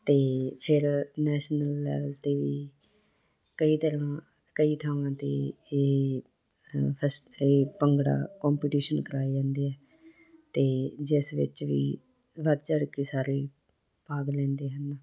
ਅਤੇ ਫਿਰ national level 'ਤੇ ਵੀ ਕਈ ਤਰ੍ਹਾਂ ਕਈ ਥਾਵਾਂ 'ਤੇ ਇਹ ਫੈਸ ਇਹ ਭੰਗੜਾ ਕੰਪਟੀਸ਼ਨ ਕਰਵਾਏ ਜਾਂਦੇ ਹੈ ਅਤੇ ਜਿਸ ਵਿੱਚ ਵੀ ਵੱਧ ਚੜ੍ਹਕੇ ਸਾਰੇ ਹੀ ਭਾਗ ਲੈਂਦੇ ਹਨ